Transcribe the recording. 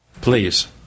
Please